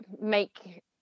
make